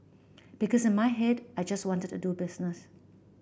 because in my head I just wanted to do business